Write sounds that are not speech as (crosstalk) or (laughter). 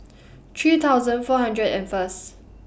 (noise) three thousand four hundred and First